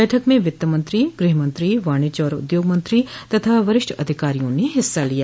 बैठक में वित्तमंत्री गृहमंत्री वाणिज्य और उद्योगमंत्री तथा वरिष्ठ अधिकारियों ने हिस्सा लिया